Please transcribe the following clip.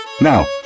Now